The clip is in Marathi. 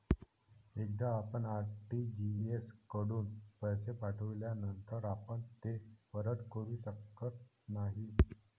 एकदा आपण आर.टी.जी.एस कडून पैसे पाठविल्यानंतर आपण ते परत करू शकत नाही